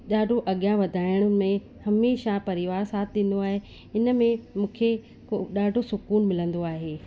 ॾाढो अॻियां वधाइण में हमेशह परिवारु साथ ॾिञो आहे हिन में मूंखे को ॾाढो सुकूनु मिलंदो आहे